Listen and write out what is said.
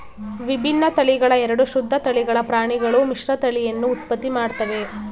ವಿಭಿನ್ನ ತಳಿಗಳ ಎರಡು ಶುದ್ಧ ತಳಿಗಳ ಪ್ರಾಣಿಗಳು ಮಿಶ್ರತಳಿಯನ್ನು ಉತ್ಪತ್ತಿ ಮಾಡ್ತವೆ